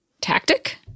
tactic